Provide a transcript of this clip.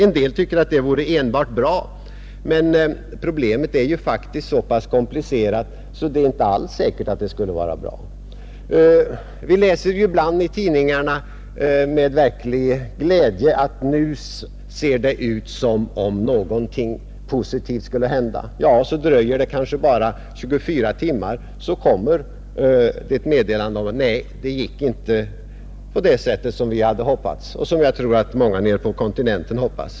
En del tycker att det vore enbart bra, men problemet är så pass komplicerat att det alls inte är säkert att det skulle vara bra. Vi läser ibland i tidningarna med verklig glädje om att det ser ut som om någonting positivt skulle hända, Så dröjer det kanske bara 24 timmar, varpå ett meddelande kommer om att det inte gick på det sätt vi hade hoppats och som jag tror att många nere på kontinenten hoppats.